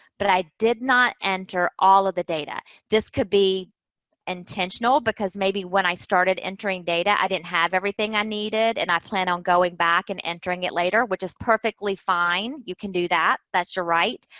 but i did not enter all of the data. this could be intentional, because maybe when i started entering data i didn't have everything i needed and i planned on going back and entering it later, which is perfectly fine, fine, you can do that, that's your right.